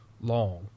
long